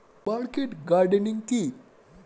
Market gardening কি?